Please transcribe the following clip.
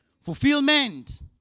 Fulfillment